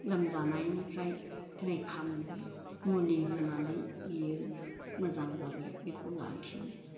लोमजानायनिफ्राय रैखा मोनबाय मुलि होनानै बियो मोजां जाबाय बेखौ लाखिबाय